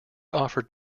offered